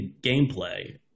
Gameplay